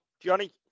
Johnny